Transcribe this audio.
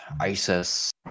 ISIS